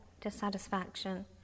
dissatisfaction